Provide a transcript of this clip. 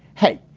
hey,